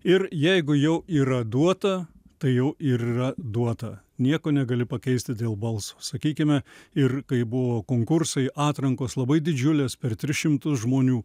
ir jeigu jau yra duota tai jau ir yra duota nieko negali pakeisti dėl balso sakykime ir kai buvo konkursai atrankos labai didžiulės per tris šimtus žmonių